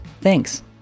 Thanks